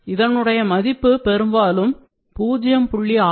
இதனுடைய மதிப்பீடு பெரும்பாலும் 0